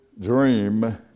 dream